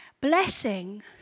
blessing